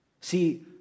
See